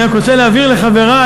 אני רק רוצה להבהיר לחברי,